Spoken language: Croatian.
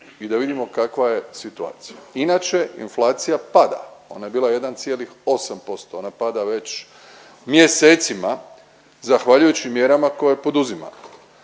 i da vidimo kakva je situacija. Inače, inflacija pada, ona je bila 1,8% ona pada već mjesecima zahvaljujući mjerama koje poduzimamo.